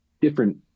different